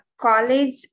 college